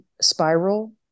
spiral